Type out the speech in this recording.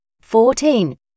fourteen